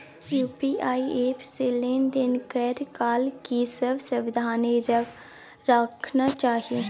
UPI app से लेन देन करै काल की सब सावधानी राखना चाही?